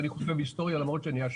ואני חושב היסטוריה למרות שאני איש